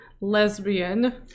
lesbian